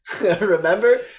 Remember